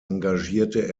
engagierte